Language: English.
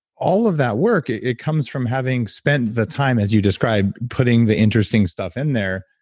all of that work, it it comes from having spent the time, as you described putting the interesting stuff in there.